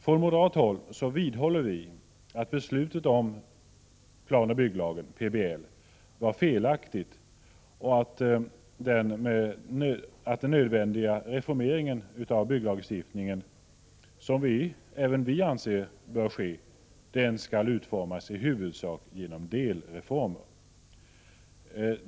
Från moderat håll vidhåller vi att beslutet om planoch bygglagen var felaktigt och att den nödvändiga reformeringen av bygglagstiftningen — som även vi anser bör ske — skall utformas i huvudsak genom delreformer.